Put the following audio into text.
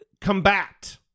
combat